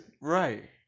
right